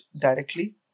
directly